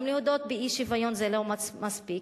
גם להודות באי-שוויון זה לא מספיק.